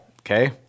Okay